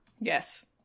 Yes